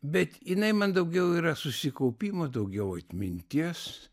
bet jinai man daugiau yra susikaupimo daugiau atminties